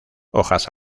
hojas